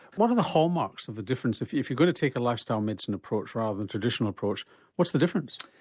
what are the hallmarks of a difference, if if you're going to take a lifestyle medicine approach rather than a traditional approach what's the difference?